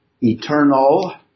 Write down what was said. eternal